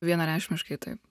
vienareikšmiškai taip